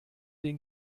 den